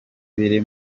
biri